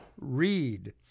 read